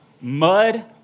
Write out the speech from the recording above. Mud